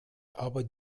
aber